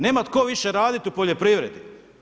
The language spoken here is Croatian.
Nema tko više radit u poljoprivredi.